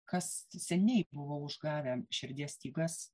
kas seniai buvo užgavę širdies stygas